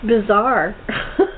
Bizarre